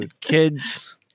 Kids